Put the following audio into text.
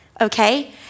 okay